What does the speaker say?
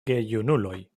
gejunuloj